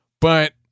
but-